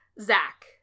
Zach